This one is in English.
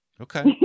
Okay